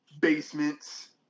basements